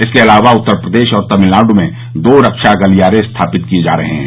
इसके अलावा उत्तर प्रदेश और तमिलनाड् में दो रक्षा गलियारे स्थापित किए जा रहे हैं